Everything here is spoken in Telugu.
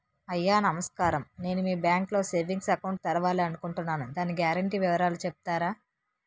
అయ్యా నమస్కారం నేను మీ బ్యాంక్ లో సేవింగ్స్ అకౌంట్ తెరవాలి అనుకుంటున్నాను దాని గ్యారంటీ వివరాలు చెప్తారా?